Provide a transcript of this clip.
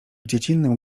dziecinnym